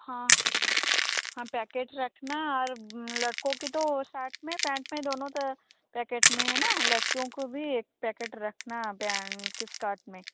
हाँ हाँ पैकेट रखना और लड़कों की तो सर्ट में पैन्ट में दोनों में पैकेट में है ना लड़कियों को भी एक पैकेट रखना स्कर्ट में